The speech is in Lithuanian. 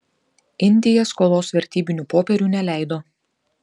indija skolos vertybinių popierių neleido